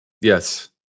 Yes